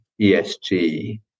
ESG